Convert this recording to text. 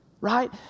right